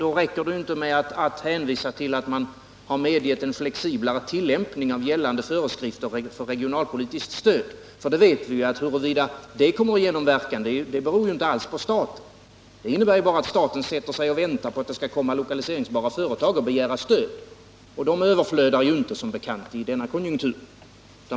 Då räcker det inte med att hänvisa till att man har medgett en mer flexibel tillämpning av gällande föreskrifter för regionalpolitiskt stöd. Vi vet att huruvida detta kommer att få någon verkan beror inte alls på staten — det innebär bara att regeringen sätter sig att vänta på att lokaliseringsbara företag skall komma och begära stöd, och sådana överflödar det som bekant inte av i denna konjunktur.